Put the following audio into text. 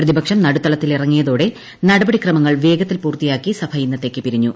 പ്രതിപക്ഷം നടുത്തളത്തിൽ ഇറങ്ങിയതോടെ നടപടിക്രമങ്ങൾ വേഗത്തിൽ പൂർത്തിയാക്കി സഭ ഇന്നത്തേക്ക് പിരിഞ്ഞു